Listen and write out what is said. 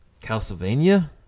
Castlevania